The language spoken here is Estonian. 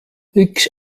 üks